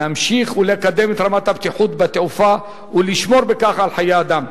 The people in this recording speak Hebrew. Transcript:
להמשיך ולקדם את רמת הבטיחות בתעופה ולשמור בכך על חיי אדם.